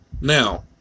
Now